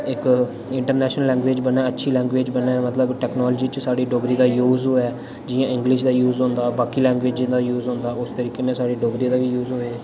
इक international language बने अच्छी लैंग्वेज़ बने मतलब टेक्नोलॉजी च साढ़ी डोगरी दा यूज़ होऐ जि'यां इंग्लिश दा यूज़ होंदा बाकी लैंग्वेजें दा यूज़ होंदा उस तरीके ने साढ़ी डोगरी दा बी यूज़ होये